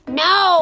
no